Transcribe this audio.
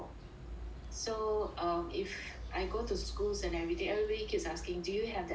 so um if I go to schools and everything everybody keeps asking do you have that cert